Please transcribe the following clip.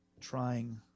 trying